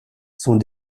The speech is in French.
sont